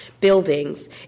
Buildings